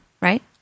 right